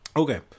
Okay